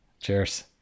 Cheers